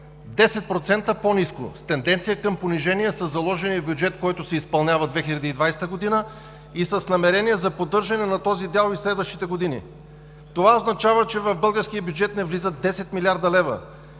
10% по-ниско, с тенденция към понижение със заложения бюджет, който се изпълнява през 2020 г., и с намерение за поддържане на този дял и в следващите години. Това означава, че в българския бюджет не влизат 10 млрд. лв.,